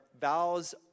vows